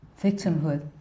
Victimhood